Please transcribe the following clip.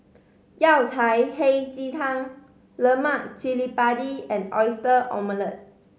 Yao Cai Hei Ji Tang lemak cili padi and Oyster Omelette